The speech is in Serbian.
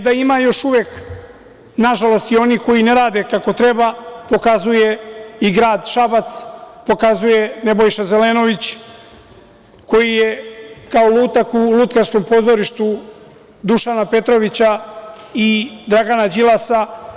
Da ima još uvek, nažalost, i onih koji ne rade kako treba, pokazuje i grad Šabac, pokazuje Nebojša Zelenović, koji je kao lutak u lutkarskom pozorištu Dušana Petrovića i Dragana Đilasa.